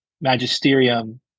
magisterium